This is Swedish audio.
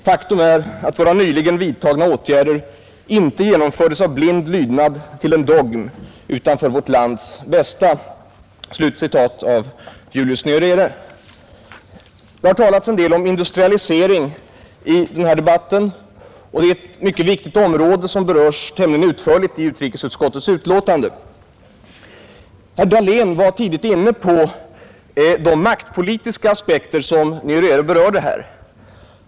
Faktum är att våra nyligen vidtagna åtgärder inte genomfördes av blind lydnad till en dogm, utan för vårt lands bästa.” Det har talats en del om industrialisering i den här debatten, och det är ett mycket viktigt område som behandlas tämligen utförligt i utskottets betänkande. Herr Dahlén var tidigare inne på de maktpolitiska aspekter som Nyerere berörde.